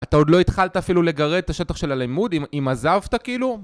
אתה עוד לא התחלת אפילו לגרד את השטח של הלימוד, אם עזבת כאילו?